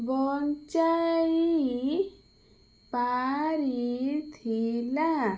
ବଞ୍ଚାଇ ପାରିଥିଲା